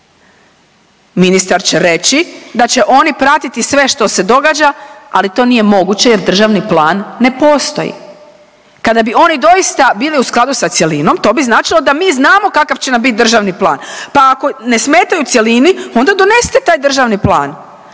Ministar će reći da će oni pratiti sve što se događa ali to nije moguće jer državni plan ne postoji. Kada bi oni doista bili u skladu s cjelinom to bi značilo da mi znamo kakav će nam biti državni plan, pa ako ne smetaju cjelini onda donesite taj državni plan,